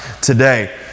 today